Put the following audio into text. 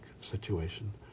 situation